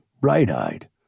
bright-eyed